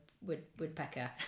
Woodpecker